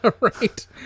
Right